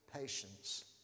patience